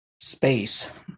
space